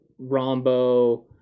Rombo